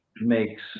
makes